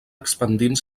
expandint